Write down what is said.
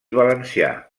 valencià